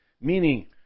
Meaning